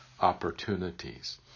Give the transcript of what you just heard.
opportunities